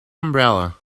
umbrella